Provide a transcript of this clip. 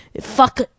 fuck